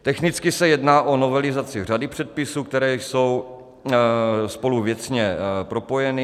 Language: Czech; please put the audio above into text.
Technicky se jedná o novelizaci řady předpisů, které jsou spolu věcně propojeny.